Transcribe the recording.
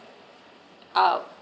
uh